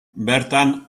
bertan